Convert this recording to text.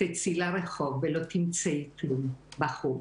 תצאי לרחוב ולא תמצאי כלום בחוץ.